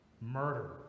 murder